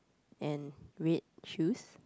and red shoes